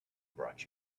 brought